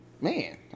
Man